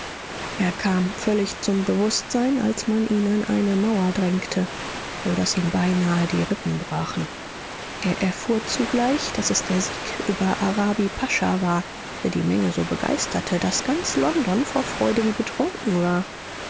er kam völlig zum bewußtsein als man ihn an eine mauer drängte so daß ihm beinahe die rippen brachen er erfuhr zugleich daß es der sieg über arabi pascha war der die massen so begeisterte daß ganz london vor freude wie betrunken war